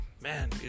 Man